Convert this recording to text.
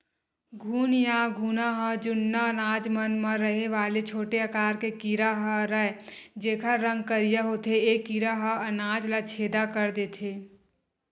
घुन या घुना ह जुन्ना अनाज मन म रहें वाले छोटे आकार के कीरा हरयए जेकर रंग करिया होथे ए कीरा ह अनाज ल छेंदा कर देथे